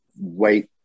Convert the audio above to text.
wait